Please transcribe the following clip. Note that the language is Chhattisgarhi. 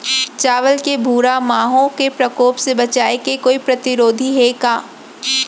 चांवल के भूरा माहो के प्रकोप से बचाये के कोई प्रतिरोधी हे का?